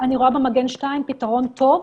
אני רואה במגן 2 פתרון טוב